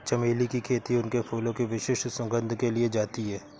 चमेली की खेती उनके फूलों की विशिष्ट सुगंध के लिए की जाती है